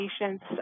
patients